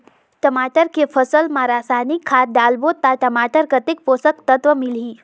टमाटर के फसल मा रसायनिक खाद डालबो ता टमाटर कतेक पोषक तत्व मिलही?